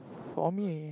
for me